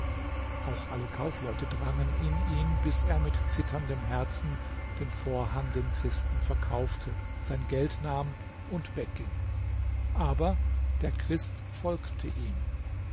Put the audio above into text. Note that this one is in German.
auch alle kaufleute drangen in ihn bis er mit zitterndem herzen den vorhang dem christen verkaufte sein geld nahm und wegging aber der christ folgte ihm